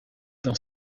dans